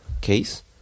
case